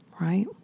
right